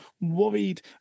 worried